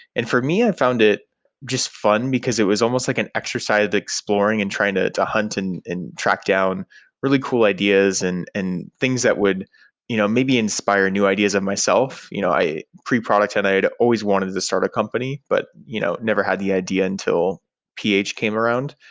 and for me, i found it just fun, because it was almost like an exercise the exploring and trying to to hunt and and track down really cool ideas and and things that would you know maybe inspire new ideas of myself. you know pre-product hunt, i'd always wanted to to start a company, but you know never had the idea until ph came around.